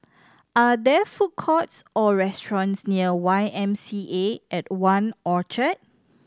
are there food courts or restaurants near Y M C A at One Orchard